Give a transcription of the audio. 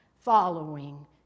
following